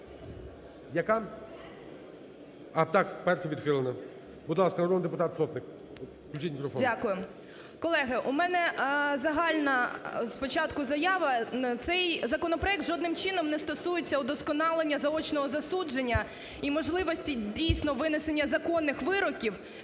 Яка? А, так, 1-а відхилена. Будь ласка, народний депутат Сотник. Включіть мікрофон. 11:37:36 СОТНИК О.С. Дякую. Колеги, у мене загальна спочатку заява. Цей законопроект жодним чином не стосується удосконалення заочного засудження і можливості, дійсно, винесення законних вироків